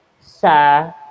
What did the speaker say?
sa